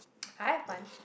I have one